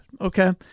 Okay